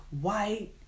white